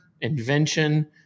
invention